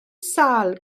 sâl